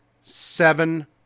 seven